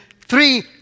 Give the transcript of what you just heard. Three